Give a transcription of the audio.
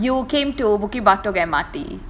you came to bukit batok M_R_T